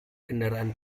kendaraan